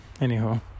Anyhow